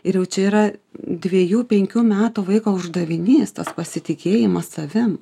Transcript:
ir jau čia yra dviejų penkių metų vaiko uždavinys tas pasitikėjimas savim